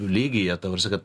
lygyje ta prasme kad